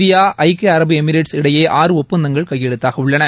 India ஐக்கிய அரபு Emirates இடையே ஆறு ஒப்பந்தங்கள் கையெழுத்தாகவுள்ளன